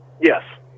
Yes